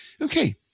Okay